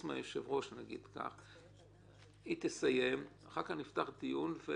מלבד היושב-ראש, היא תסיים ואחר כך נפתח דיון.